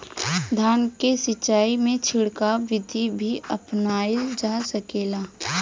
धान के सिचाई में छिड़काव बिधि भी अपनाइल जा सकेला?